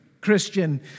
Christian